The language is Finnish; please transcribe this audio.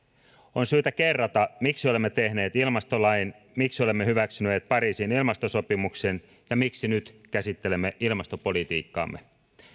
on syytä kerrata miksi olemme tehneet ilmastolain miksi olemme hyväksyneet pariisin ilmastosopimuksen ja miksi nyt käsittelemme ilmastopolitiikkaamme